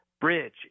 Bridge